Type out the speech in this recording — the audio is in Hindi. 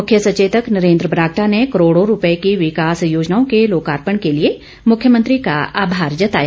मुख्य सचेतक नरेंद्र बरागटा ने करोड़ों रुपये की विंकास योजनाओं के लोकार्पण के लिए मुख्यमंत्री का ऑमार जताया